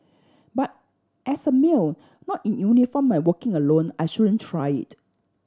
but as a male not in uniform and working alone I shouldn't try it